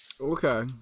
Okay